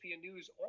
news